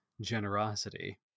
generosity